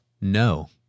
No